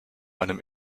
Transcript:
einem